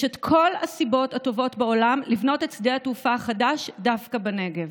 יש את כל הסיבות הטובות בעולם לבנות את שדה התעופה חדש דווקא בנגב,